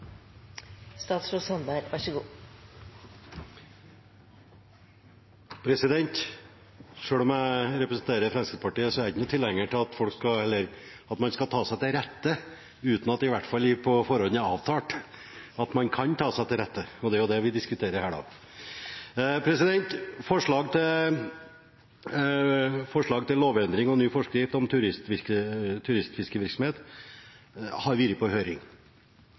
jeg ikke noen tilhenger av at man skal ta seg til rette uten at det i hvert fall på forhånd er avtalt at man kan ta seg til rette, og det er jo det vi diskuterer her. Forslag til lovendring og ny forskrift om turistfiskevirksomheter har vært på høring.